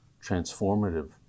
transformative